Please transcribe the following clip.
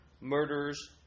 murders